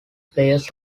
players